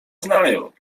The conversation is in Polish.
znają